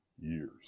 years